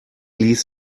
ließ